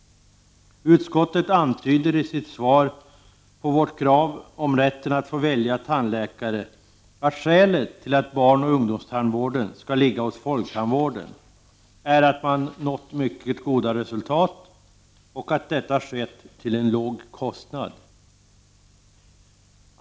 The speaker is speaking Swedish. Utskottet antyder i sitt svar på vårt krav om rätten att välja tandläkare att skälet till att barnoch ungdomstandvården skall ligga hos folktandvården är att man där nått mycket goda resultat och att detta skett till en låg kostnad.